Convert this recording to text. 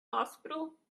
hospital